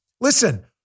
listen